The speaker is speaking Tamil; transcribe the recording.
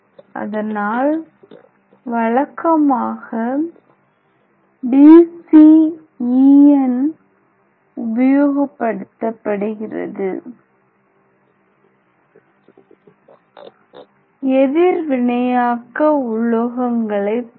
அதனால் வழக்கமாக DCEN உபயோகப் படுத்தப்படுகிறது எதிர் வினையாக்க உலோகங்களைத் தவிர